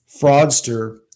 fraudster